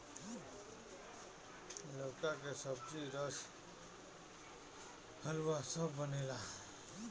लउका के सब्जी, रस, हलुआ सब बनेला